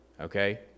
Okay